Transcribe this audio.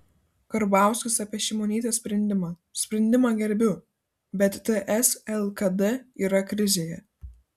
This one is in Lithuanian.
karbauskis apie šimonytės sprendimą sprendimą gerbiu bet ts lkd yra krizėje